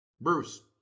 Bruce